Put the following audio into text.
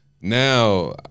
Now